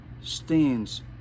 stands